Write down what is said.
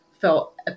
felt